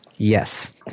Yes